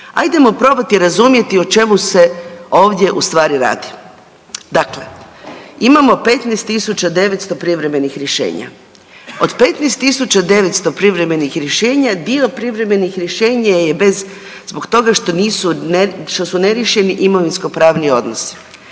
Ajdemo probati razumjeti o čemu se ovdje u stvari radi. Dakle, imamo 15.900 privremenih rješenja, od 15.900 privremenih rješenja dio privremenih rješenja je zbog toga što su neriješeni imovinskopravni odnosi.